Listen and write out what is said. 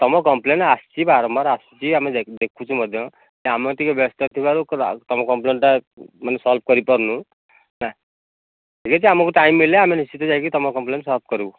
ତୁମ କମ୍ପ୍ଲେନ ଆସିଛି ବାରମ୍ବାର ଆସିଛି ଆମେ ଯାଇକି ଦେଖୁଛୁ ମଧ୍ୟ ଆମେ ଟିକେ ବ୍ୟସ୍ତ ଥିବାରୁ ତୁମ କମ୍ପ୍ଲେନଟା ମାନେ ସଲଭ୍ କରିପାରୁନୁ ଠିକ ଅଛି ଆମକୁ ଟାଇମ୍ ମିଳିଲେ ଆମେ ନିଶ୍ଚିତ ଯାଇକି ତୁମ କମ୍ପ୍ଲେନ ସଲଭ୍ କରିବୁ